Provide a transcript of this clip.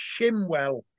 shimwell